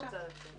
לא רוצה לצאת.